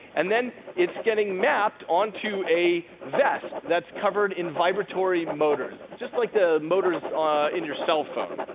and then it's getting mapped onto a vest that's covered in vibratory motors, just like the motors in your cell phone.